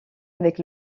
avec